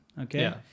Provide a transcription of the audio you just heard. Okay